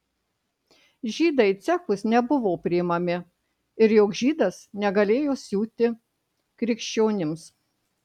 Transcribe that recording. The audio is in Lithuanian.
žydai į cechus nebuvo priimami ir joks žydas negalėjo siūti krikščionims